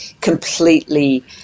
completely